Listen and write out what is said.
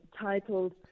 titled